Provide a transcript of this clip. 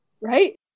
right